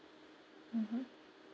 mmhmm